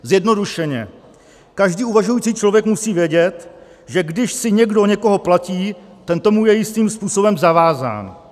Zjednodušeně, každý uvažující člověk musí vědět, že když si někdo někoho platí, ten tomu je jistým způsobem zavázán.